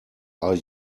are